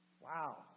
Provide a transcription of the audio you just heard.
Wow